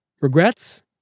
Regrets